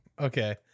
Okay